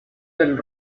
del